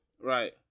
Right